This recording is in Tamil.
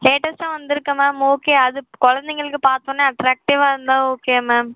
லேட்டஸ்ட்டாக வந்திருக்கா மேம் ஓகே அது குழந்தைங்களுக்கு பார்த்தோன்னே அட்ராக்டிவாக இருந்தால் ஓகே மேம்